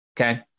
Okay